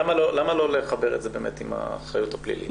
למה לא לחבר את זה באמת עם האחריות הפלילית?